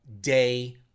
day